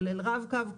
כולל רב-קו,